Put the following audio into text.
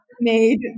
made